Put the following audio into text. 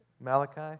Malachi